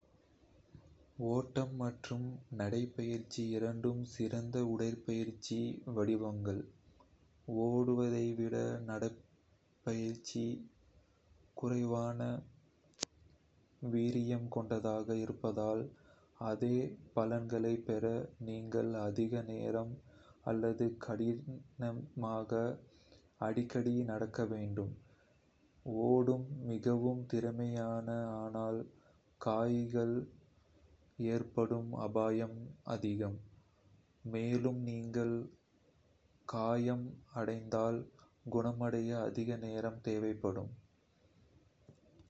ஓட்டம் மற்றும் நடைபயிற்சி இரண்டும் சிறந்த உடற்பயிற்சி வடிவங்கள் ஓடுவதை விட நடைபயிற்சி குறைவான வீரியம் கொண்டதாக இருப்பதால், அதே பலன்களைப் பெற நீங்கள் அதிக நேரம் அல்லது அடிக்கடி நடக்க வேண்டும். ஓடுவது மிகவும் திறமையானது ஆனால் காயங்கள் ஏற்படும் அபாயம் அதிகம், மேலும் நீங்கள் காயம் அடைந்தால் குணமடைய அதிக நேரம் தேவைப்படும்.